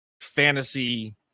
fantasy